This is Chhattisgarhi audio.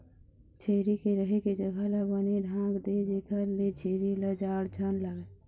छेरी के रहें के जघा ल बने ढांक दे जेखर ले छेरी ल जाड़ झन लागय